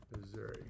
Missouri